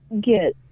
get